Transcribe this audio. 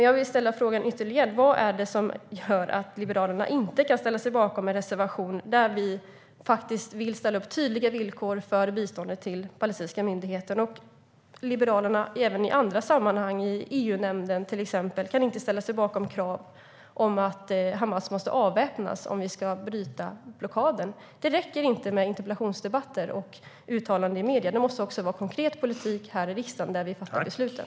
Jag vill ställa följande fråga: Vad är det som gör att Liberalerna inte kan ställa sig bakom en reservation där vi faktiskt anger att vi vill ställa upp tydliga villkor för biståndet till den palestinska myndigheten? Liberalerna kan inte heller i andra sammanhang, till exempel i EU-nämnden, ställa sig bakom krav på att Hamas måste avväpnas om vi ska bryta blockaden. Det räcker inte med interpellationsdebatter och uttalanden i medierna. Det måste också vara konkret politik här i riksdagen, där vi fattar besluten.